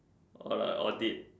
or like audit